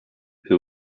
who